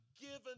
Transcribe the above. given